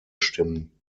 stimmen